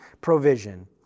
provision